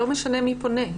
לא משנה מי פונה,